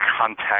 contact